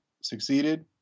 succeeded